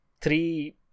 three